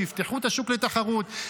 שיפתחו את השוק לתחרות.